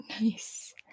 Nice